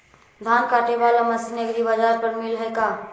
धान काटे बाला मशीन एग्रीबाजार पर मिल है का?